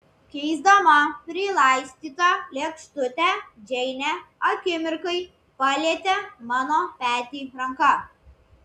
keisdama prilaistytą lėkštutę džeinė akimirkai palietė mano petį ranka